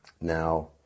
Now